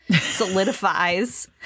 solidifies